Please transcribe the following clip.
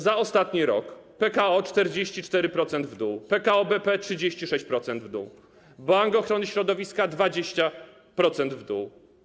Za ostatni rok: Pekao - 44% w dół, PKO BP - 36% w dół, Bank Ochrony Środowiska - 20% w dół.